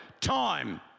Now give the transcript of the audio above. time